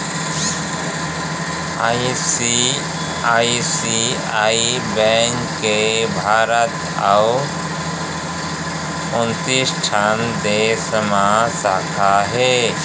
ICICI bank के भारत अउ उन्नीस ठन देस म साखा हे